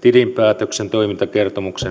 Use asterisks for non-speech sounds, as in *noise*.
tilinpäätöksen toimintakertomuksen *unintelligible*